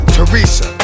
Teresa